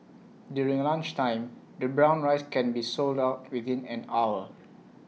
during lunchtime the brown rice can be sold out within an hour